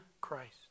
Christ